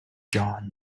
john